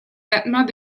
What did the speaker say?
nettement